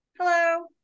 Hello